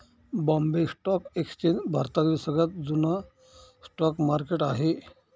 Bombay stock exchange भारतातील सगळ्यात जुन स्टॉक मार्केट आहे